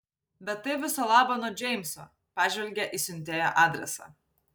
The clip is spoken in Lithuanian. bet tai viso labo nuo džeimso pažvelgė į siuntėjo adresą